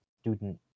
student